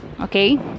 okay